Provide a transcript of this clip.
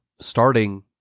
starting